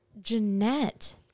Jeanette